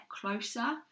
closer